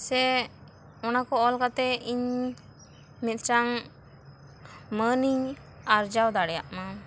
ᱥᱮ ᱚᱱᱟ ᱠᱚ ᱚᱞ ᱠᱟᱛᱮ ᱤᱧ ᱢᱤᱫᱴᱟᱝ ᱢᱟᱹᱱ ᱤᱧ ᱟᱨᱡᱟᱣ ᱫᱟᱲᱮᱭᱟᱜ ᱢᱟ